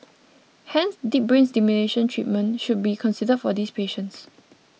hence deep brain stimulation treatment should be considered for these patients